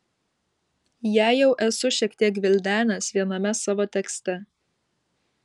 ją jau esu šiek tiek gvildenęs viename savo tekste